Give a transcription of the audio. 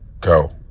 go